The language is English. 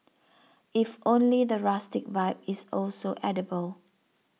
if only the rustic vibe is also edible